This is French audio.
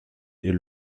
est